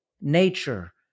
nature